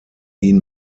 ihn